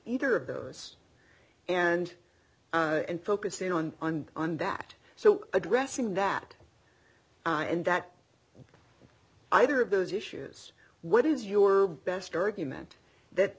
either of those and and focusing on and on that so addressing that and that either of those issues what is your best argument that